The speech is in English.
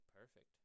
perfect